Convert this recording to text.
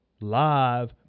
live